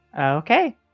Okay